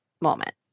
moment